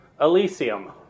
Elysium